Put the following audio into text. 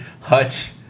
Hutch